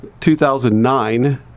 2009